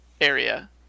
area